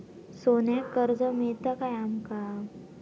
सोन्याक कर्ज मिळात काय आमका?